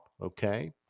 okay